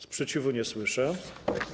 Sprzeciwu nie słyszę.